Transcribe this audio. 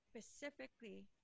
specifically